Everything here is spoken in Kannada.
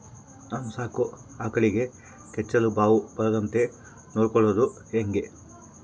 ನಾನು ಸಾಕೋ ಆಕಳಿಗೆ ಕೆಚ್ಚಲುಬಾವು ಬರದಂತೆ ನೊಡ್ಕೊಳೋದು ಹೇಗೆ?